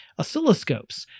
oscilloscopes